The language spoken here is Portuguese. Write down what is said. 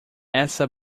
essa